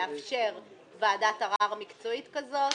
לאפשר ועדת ערר מקצועית כזאת,